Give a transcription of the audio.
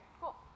cool